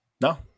No